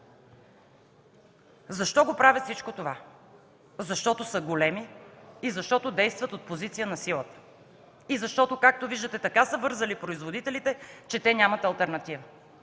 Защо правят всичко това? Защото са големи и защото действат от позицията на сила. И защото, както виждате, така са вързали производителите, че те нямат алтернатива.